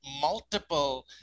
multiple